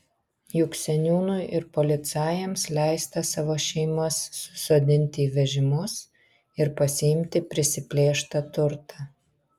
juk seniūnui ir policajams leista savo šeimas susodinti į vežimus ir pasiimti prisiplėštą turtą